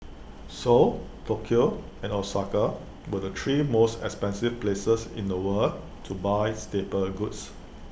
Seoul Tokyo and Osaka were the three most expensive places in the world to buy staple goods